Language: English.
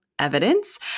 evidence